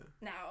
Now